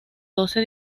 doce